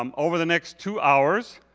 um over the next two hours,